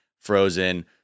frozen